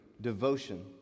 devotion